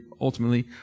ultimately